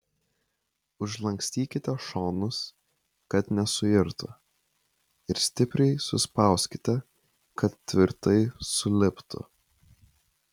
užlankstykite šonus kad nesuirtų ir stipriai suspauskite kad tvirtai suliptų